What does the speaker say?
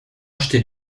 acheté